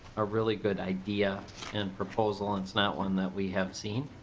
a really good idea and proposal and not one that we have seen